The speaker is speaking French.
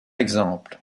exemple